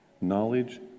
Knowledge